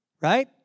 Right